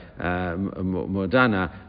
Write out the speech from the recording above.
modana